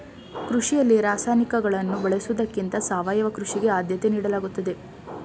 ಕೃಷಿಯಲ್ಲಿ ರಾಸಾಯನಿಕಗಳನ್ನು ಬಳಸುವುದಕ್ಕಿಂತ ಸಾವಯವ ಕೃಷಿಗೆ ಆದ್ಯತೆ ನೀಡಲಾಗುತ್ತದೆ